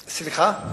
סליחה?